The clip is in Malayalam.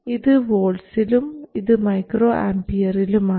ഇത് വോൾട്ട്സിലും ഇത് മൈക്രോ ആമ്പിയറിലും µA ആണ്